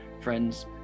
friends